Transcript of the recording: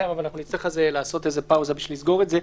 אבל אז נצטרך לעשות איזושהי פאוזה בשביל לסגור את זה.